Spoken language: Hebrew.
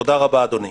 תודה רבה, אדוני.